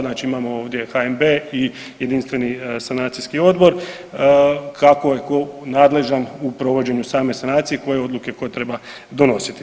Znači imamo ovdje HNB i jedinstveni sanacijski odbor kako je tko nadležan u provođenju same sanacije, koje odluke tko treba donositi.